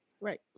Right